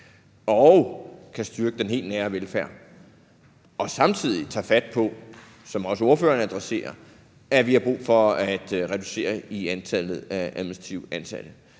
og kan styrke den helt nære velfærd og samtidig tager fat på, som ordføreren også adresserer, at vi har brug for at reducere antallet af administrativt ansatte.